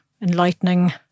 enlightening